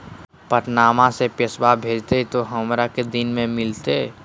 पटनमा से पैसबा भेजते तो हमारा को दिन मे मिलते?